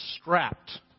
strapped